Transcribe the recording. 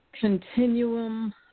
continuum